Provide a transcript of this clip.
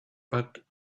but